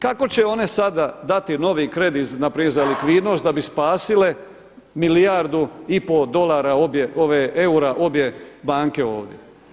Kako će one sada dati novi kredit npr. za likvidnost da bi spasile milijardu i pol dolara, eura obje banke ovdje.